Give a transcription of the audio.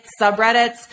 subreddits